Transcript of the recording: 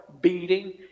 beating